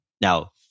now